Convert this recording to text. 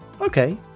Okay